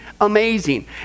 amazing